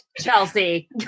Chelsea